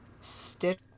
Stitch